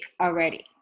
already